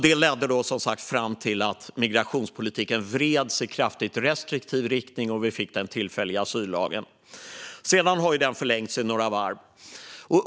Det ledde som sagt till att migrationspolitiken vreds i kraftigt restriktiv riktning, och vi fick den tillfälliga asyllagen. Den har sedan förlängts i några varv.